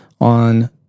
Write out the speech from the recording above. on